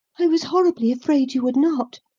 i was horribly afraid you would not,